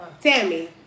Tammy